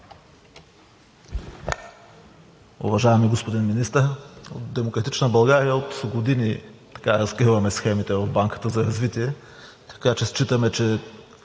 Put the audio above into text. Уважаеми господин Министър, „Демократична България“ от години разкриваме схемите в Банка за развитие, така че считаме, че